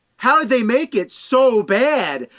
how did they make it so bad?